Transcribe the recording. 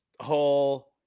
whole